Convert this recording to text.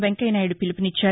వెంకయ్యనాయుడు పిలుపునిచ్చారు